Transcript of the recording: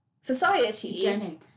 society